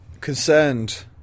Concerned